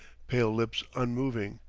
pale lips unmoving,